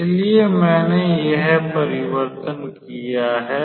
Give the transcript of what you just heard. इसलिए मैंने यह परिवर्तन किया है